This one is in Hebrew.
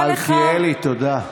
מלכיאלי, תודה.